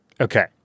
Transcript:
Okay